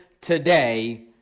today